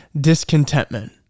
discontentment